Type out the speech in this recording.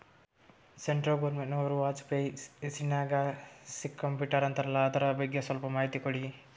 Central ಗವರ್ನಮೆಂಟನವರು ವಾಜಪೇಯಿ ಹೇಸಿರಿನಾಗ್ಯಾ scheme ಬಿಟ್ಟಾರಂತಲ್ಲ ಅದರ ಬಗ್ಗೆ ಸ್ವಲ್ಪ ಮಾಹಿತಿ ಕೊಡ್ರಿ?